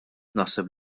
naħseb